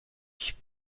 ich